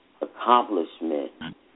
accomplishment